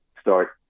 start